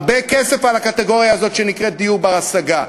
הרבה כסף על הקטגוריה הזאת שנקראת דיור בר-השגה,